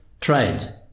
trade